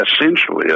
essentially